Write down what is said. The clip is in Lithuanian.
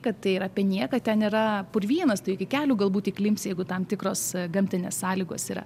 kad tai yra apie nieką ten yra purvynas tu iki kelių galbūt įklimpsi jeigu tam tikros gamtinės sąlygos yra